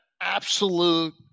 absolute